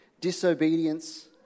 disobedience